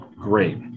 great